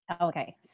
Okay